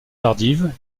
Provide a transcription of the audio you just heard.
tardive